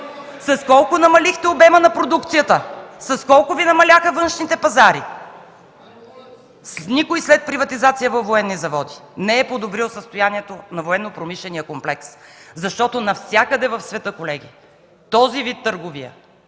С колко намалихте обема на продукцията? С колко Ви намаляха външните пазари? Никой след приватизация във военни заводи не е подобрил състоянието на военнопромишления комплекс, защото навсякъде в света, колеги, този вид търговия